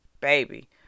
baby